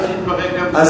בוא נאמר, עושים סדר.